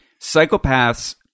psychopaths